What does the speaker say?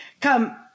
come